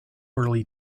early